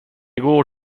går